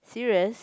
serious